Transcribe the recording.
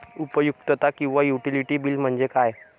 उपयुक्तता किंवा utility bill म्हणजे काय?